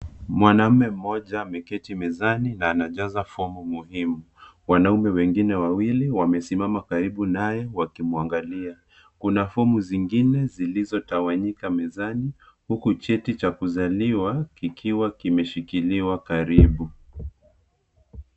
Mwanaume mmoja, ameketi mezani na ana jaza fomu muhimu. Wanaume wengine wawili, wamesimama karibu naye wakimwangalia. Kuna fomu zingine zilizotawanyika mezani, huku cheti cha kuzaliwa kikiwa kimeshikiliwa karibu.